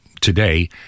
today